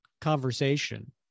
conversation